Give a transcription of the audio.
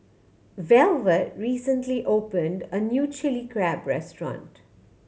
Velvet recently opened a new Chilli Crab restaurant